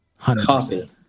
Coffee